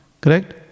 Correct